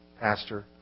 pastor